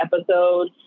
episode